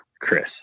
Chris